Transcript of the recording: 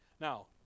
Now